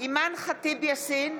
אימאן ח'טיב יאסין,